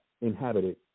inhabited